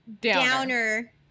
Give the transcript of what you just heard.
Downer